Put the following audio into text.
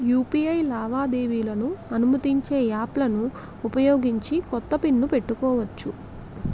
UPI లావాదేవీలను అనుమతించే యాప్లలను ఉపయోగించి కొత్త పిన్ ను పెట్టుకోవచ్చు